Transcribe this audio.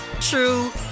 true